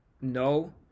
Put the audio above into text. no